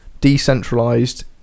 decentralized